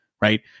right